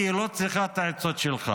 כי היא לא צריכה את העצות שלך.